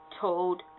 Told